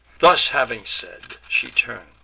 thus having said, she turn'd,